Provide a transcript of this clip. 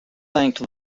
thanked